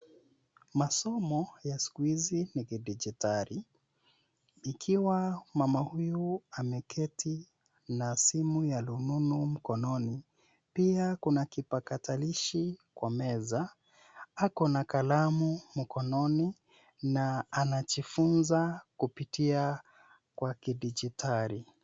Masomo ya siku hizi ni ya kidigitali ikiwa mama huyu ameketi na simu ya rununu mkononi pia kuna kipakatalishi kwa meza akona kalamu mkononi na anajifunza kupitia kwa kidijitali.